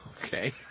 Okay